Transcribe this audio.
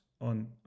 On